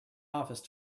office